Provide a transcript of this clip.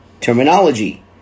terminology